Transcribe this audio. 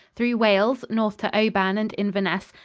through wales north to oban and inverness,